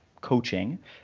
coaching